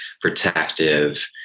protective